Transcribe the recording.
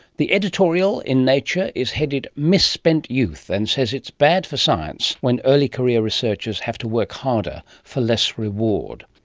the editorial in nature is headed misspent youth and says it's bad for science when early-career researchers have to work harder, for less reward.